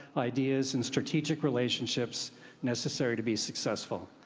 ideas, and strategic relationships necessary to be successful.